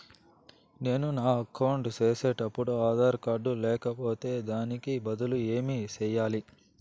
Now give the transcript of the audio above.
నేను నా అకౌంట్ సేసేటప్పుడు ఆధార్ కార్డు లేకపోతే దానికి బదులు ఏమి సెయ్యాలి?